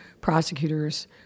prosecutors